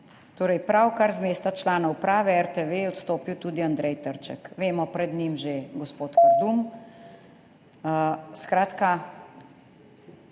Torej, pravkar z mesta člana uprave RTV odstopil tudi Andrej Trček. Vemo, pred njim že gospod Kardum. Skratka,